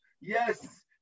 Yes